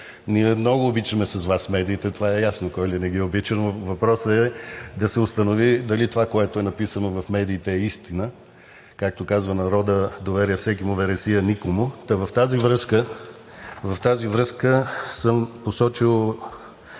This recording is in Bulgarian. Ние много обичаме с Вас медиите, това е ясно, кой ли не ги обича, но въпросът е да се установи дали това, което е написано в медиите е истина, както казва народът: „Доверие – всекиму, вересия – никому.“ Та в тази връзка съм посочил